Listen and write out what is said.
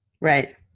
Right